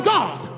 God